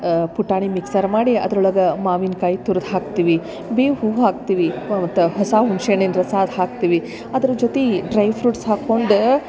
ಪುಟಾಣಿ ಮಿಕ್ಸರ್ ಮಾಡಿ ಅದ್ರೊಳಗ ಮಾವಿನ್ಕಾಯಿ ತುರ್ದು ಹಾಕ್ತೀವಿ ಬೇವು ಹೂ ಹಾಕ್ತೀವಿ ಮತ್ತು ಹೊಸ ಹುಣ್ಶಿ ಹಣ್ಣಿನ ರಸ ಹಾಕ್ತೀವಿ ಅದ್ರ ಜೊತೆ ಡ್ರೈ ಫ್ರುಟ್ಸ್ ಹಾಕೊಂಡು